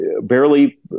barely